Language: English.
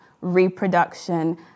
reproduction